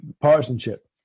partisanship